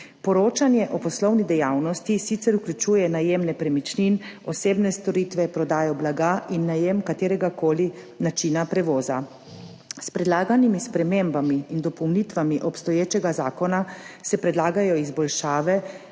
Poročanje o poslovni dejavnosti sicer vključuje najem nepremičnin, osebne storitve, prodajo blaga in najem kateregakoli načina prevoza. S predlaganimi spremembami in dopolnitvami obstoječega zakona se predlagajo izboljšave